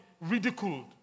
ridiculed